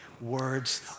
Words